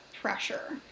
pressure